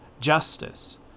justice